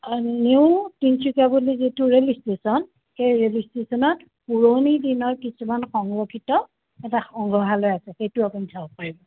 new Tinsukia বুলি যিটো rail station সেই ৰে'ল ষ্টেচনত পুৰণি দিনৰ কিছুমান সংৰক্ষিত এটা সংগ্ৰহালয় আছে সেইটো আপুনি চাব পাৰিব